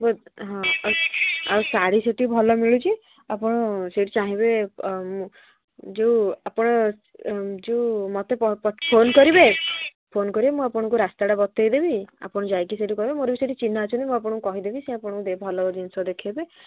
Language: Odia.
ହଁ ଆଉ ଶାଢ଼ୀ ସେଠି ଭଲ ମିଳୁଛି ଆପଣ ସେଇଠି ଚାହିଁବେ ଯେଉଁ ଆପଣ ଯେଉଁ ମୋତେ ଫୋନ୍ କରିବେ ଫୋନ୍ କରିବେ ମୁଁ ଆପଣଙ୍କୁ ରାସ୍ତାଟା ବତେଇଦେବି ଆପଣ ଯାଇକି ସେଇଠି କହିବେ ମୋର ବି ସେଠି ଚିହ୍ନା ଅଛନ୍ତି ମୁଁ ଆପଣଙ୍କୁ କହିଦେବି ସେ ଆପଣଙ୍କୁ ଭଲ ଜିନିଷ ଦେଖେଇବେ